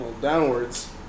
downwards